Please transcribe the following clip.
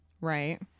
Right